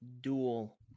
dual